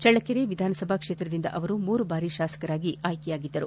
ಚಳ್ಳಕೆರೆ ವಿಧಾನಸಭಾ ಕ್ಷೇತ್ರದಿಂದ ಅವರು ಮೂರು ಬಾರಿ ಶಾಸಕರಾಗಿ ಆಯ್ಕೆಯಾಗಿದ್ದರು